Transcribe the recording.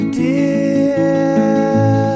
dear